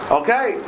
okay